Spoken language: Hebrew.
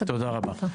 תודה רבה.